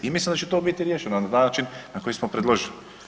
I mislim da će to biti riješeno na način na koji smo predložili.